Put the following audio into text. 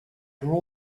raw